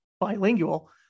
bilingual